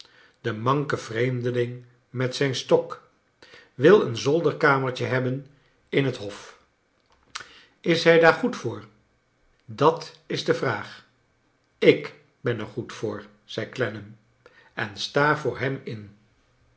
de manke vreemdeling met zijn stok wil een zolderkamertje hebben in het hof is hij daar goed voor dat is de vraag ik ben er goed voor zei clennam en sta voor hem in